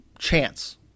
Chance